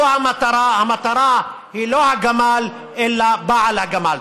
זו המטרה, המטרה היא לא הגמל אלא בעל הגמל.